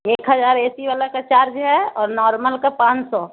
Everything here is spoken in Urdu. ایک ہزار اے سی والا کا چارج ہے اور نارمل کا پانچ سو